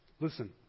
Listen